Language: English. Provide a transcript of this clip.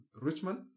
Richmond